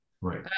Right